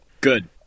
good